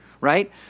right